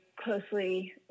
closely